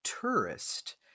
tourist